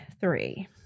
three